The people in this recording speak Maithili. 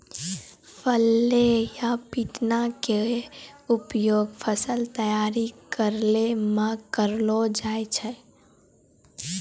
फ्लैल या पिटना के उपयोग फसल तैयार करै मॅ करलो जाय छै